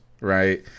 right